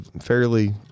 fairly